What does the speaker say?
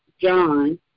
John